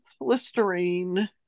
Listerine